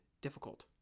difficult